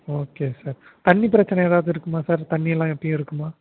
okay sir தண்ணி பிரச்சனை ஏதாவது இருக்குமா சார் தண்ணிலாம் எப்பயும் இருக்குமா